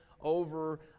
over